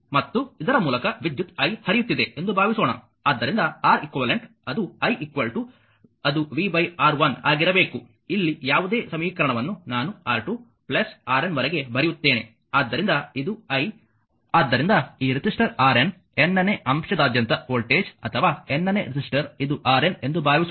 ಮತ್ತು ಇದರ ಮೂಲಕ ವಿದ್ಯುತ್ i ಹರಿಯುತ್ತಿದೆ ಎಂದು ಭಾವಿಸೋಣ ಆದ್ದರಿಂದ R eq ಅದು i ಅದು v R1 ಆಗಿರಬೇಕು ಇಲ್ಲಿ ಯಾವುದೇ ಸಮೀಕರಣವನ್ನು ನಾನು R2 RN ವರೆಗೆ ಬರೆಯುತ್ತೇನೆ ಆದ್ದರಿಂದ ಇದು i ಆದ್ದರಿಂದ ಈ ರೆಸಿಸ್ಟರ್ RN nನೇ ಅಂಶದಾದ್ಯಂತ ವೋಲ್ಟೇಜ್ ಅಥವಾ nನೇ ರೆಸಿಸ್ಟರ್ ಇದು RN ಎಂದು ಭಾವಿಸೋಣ